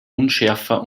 unschärfer